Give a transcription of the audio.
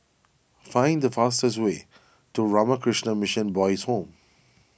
find the fastest way to Ramakrishna Mission Boys' Home